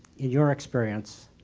your experience,